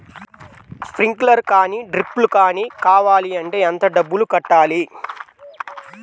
Sprinkler కానీ డ్రిప్లు కాని కావాలి అంటే ఎంత డబ్బులు కట్టాలి?